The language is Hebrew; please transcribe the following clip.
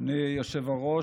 אדוני היושב-ראש,